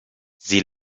sie